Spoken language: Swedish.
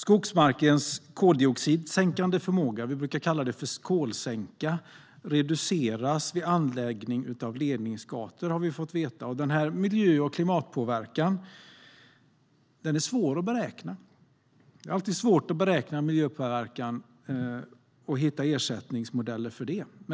Skogsmarkens koldioxidsänkande förmåga - vi brukar kalla det kolsänka - reduceras vid anläggning av ledningsgator, har vi fått veta. Den här miljö och klimatpåverkan är svår att beräkna. Det är alltid svårt att beräkna miljöpåverkan och hitta ersättningsmodeller för det.